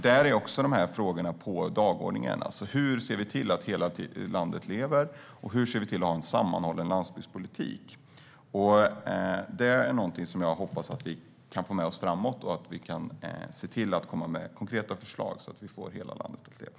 Där är också dessa frågor på dagordningen, alltså: Hur ser vi till att hela landet lever, och hur ser vi till att ha en sammanhållen landsbygdspolitik? Det är någonting som jag hoppas att vi kan få med oss framåt och att vi kan se till att komma med konkreta förslag, så att vi får hela landet att leva.